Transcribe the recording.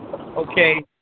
okay